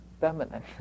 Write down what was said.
feminine